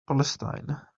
palestine